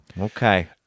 Okay